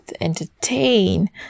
entertain